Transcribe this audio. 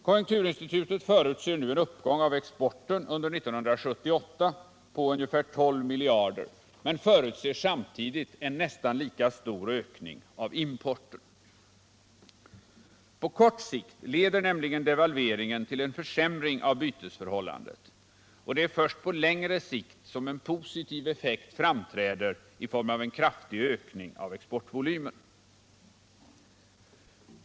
Konjunkturinstitutet förutser nu en uppgång av exporten under 1978 på ungefär 12 miljarder men förutser samtidigt en nästan lika kraftig ökning av importen. På kort sikt leder nämligen devalveringen till en försämring av bytesförhållandet, och det är först på längre sikt som en positiv effekt framträder i form av en kraftig ökning av exportvolymen.